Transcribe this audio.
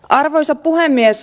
arvoisa puhemies